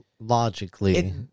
logically